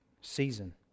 season